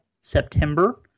September